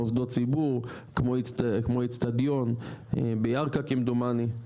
מוסדות ציבור כמו אצטדיון בירכא כמדומני.